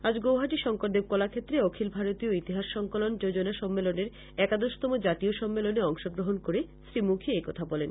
আজ গৌহাটী শঙ্করদেব কলাক্ষেত্রে অখিল ভারতীয় ইতিহাস সংকলন যোজনা সম্মেলনের একাদশতম জাতীয় সম্মেলনে অংশগ্রহন করে শ্রী মুখী একথা বলেন